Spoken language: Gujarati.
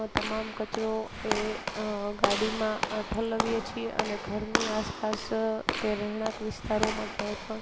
તમામ કચરો એ ગાડીમાં ઠાલવીએ છીએ અને ઘરની આસપાસ કે રહેણાંક વિસ્તારોમાં ક્યાંય પણ